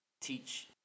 teach